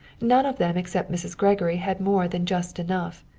none of them except mrs. gregory had more than just enough.